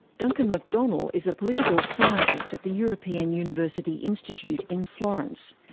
duncan mcdonnell is a political scientist at the european university institute in florence.